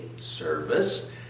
service